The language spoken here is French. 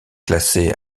classé